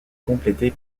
complété